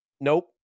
nope